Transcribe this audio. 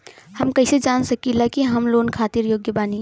हम कईसे जान सकिला कि हम लोन खातिर योग्य बानी?